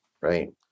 right